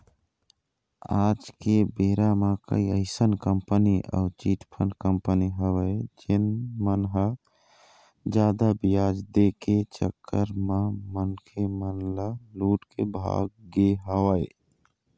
आज के बेरा म कई अइसन कंपनी अउ चिटफंड कंपनी हवय जेन मन ह जादा बियाज दे के चक्कर म मनखे मन ल लूट के भाग गे हवय